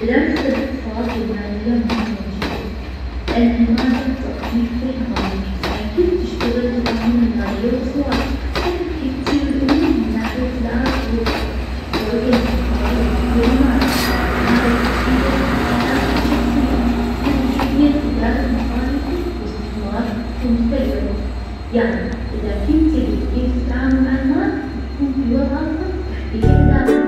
دراسة الإقتصاد والمالية مهمة جداً, لأنها هالمادة تعطيك فهم عميج, عن كيف تشتغل الأنظمة المالية والاسواج تعرف كيف تصير الأمور من ناحية العرض والطلب, وطرج الإستثمار وتوفير المال, معرفة تفيدك في حياتك الشخصية, مثل كيفية إدارة مصاريفك, واستثمارك ومستقبلك, يعني إذا كنت تدري كيف تتعامل مع المال, بتكون في وضع أفضل لتحقيق أهدافك.